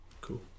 Cool